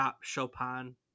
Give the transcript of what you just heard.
Chopin